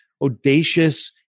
audacious